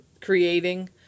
creating